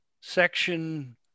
section